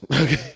okay